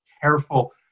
careful